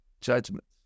judgments